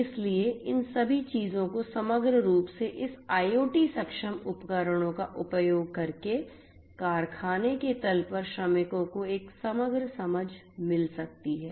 इसलिए इन सभी चीजों को समग्र रूप से इस IoT सक्षम उपकरणों का उपयोग करके कारखाने के तल पर श्रमिकों को एक समग्र समझ मिल सकती है